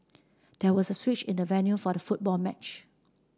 there was a switch in the venue for the football match